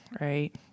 right